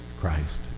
Christ